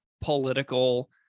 political